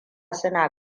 suna